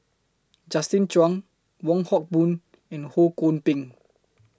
Justin Zhuang Wong Hock Boon and Ho Kwon Ping